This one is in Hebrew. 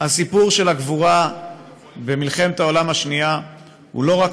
הסיפור של הגבורה במלחמת העולם השנייה הוא לא רק